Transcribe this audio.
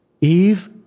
Eve